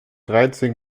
dreizehn